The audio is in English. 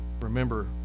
remember